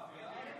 לא, רגע,